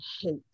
hate